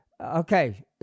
Okay